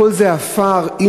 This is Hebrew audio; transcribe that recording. הכול עפר.